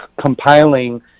compiling